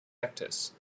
actors